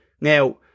now